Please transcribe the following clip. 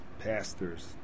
pastors